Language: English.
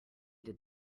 did